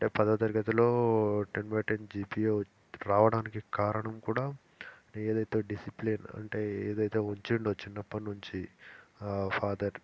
అంటే పదో తరగతిలో టెన్ బై టెన్ జీపీఏ రావడానికి కారణం కూడా నే ఏదైతే డిసిప్లిన్ అంటే ఏదైతే వచ్చాడో చిన్నప్పటి నుంచి ఆ ఫాదర్